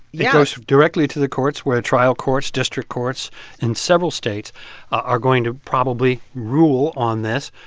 yeah goes directly to the courts, where trial courts, district courts in several states are going to probably rule on this.